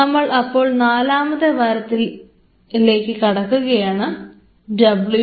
നമ്മൾ അപ്പോൾ നാലാമത്തെ വാരത്തിലേക്ക് കടക്കുകയാണ് W4 L1